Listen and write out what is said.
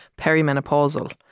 perimenopausal